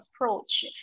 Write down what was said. approach